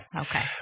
Okay